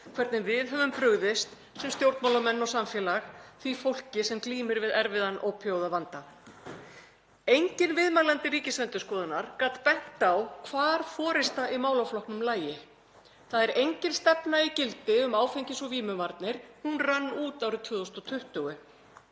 hvernig við höfum brugðist sem stjórnmálamenn og samfélag því fólki sem glímir við erfiðan ópíóíðavanda. Enginn viðmælandi Ríkisendurskoðunar gat bent á hvar forysta í málaflokknum lægi. Það er engin stefna í gildi um áfengis- og vímuvarnir. Hún rann út árið 2020.